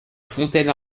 fontaine